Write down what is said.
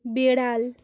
বেড়াল